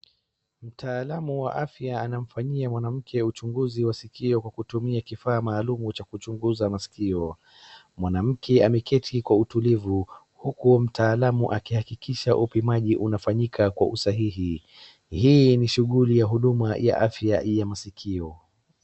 Mtaalamu wa afya anamfanyia mwanamke uchunguzi wa sikio kwa kutumia kifaa maalum cha kuchunguza maskio .Mwanamke ameketi kwa utulivu, huku mtaalamu akihakikisha upimaji unafanyika kwa usahihi. Hii ni shuguli ya huduma ya afya ya masikio.